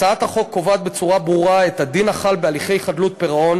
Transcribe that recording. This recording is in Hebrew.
הצעת החוק קובעת בצורה ברורה את הדין החל בהליכי חדלות פירעון